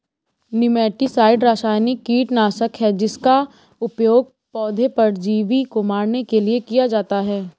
nematicide रासायनिक कीटनाशक है जिसका उपयोग पौधे परजीवी को मारने के लिए किया जाता है